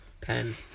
pen